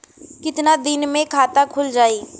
कितना दिन मे खाता खुल जाई?